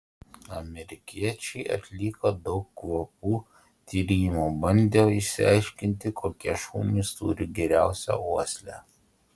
amerikiečiai atliko daug kvapų tyrimų bandė išsiaiškinti kokie šunys turi geriausią uoslę